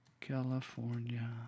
California